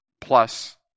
Plus